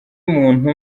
muntu